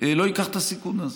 לא ייקח את הסיכון הזה.